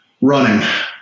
Running